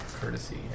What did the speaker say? courtesy